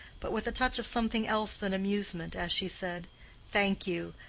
but with a touch of something else than amusement, as she said thank you.